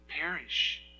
perish